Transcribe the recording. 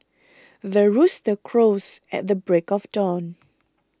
the rooster crows at the break of dawn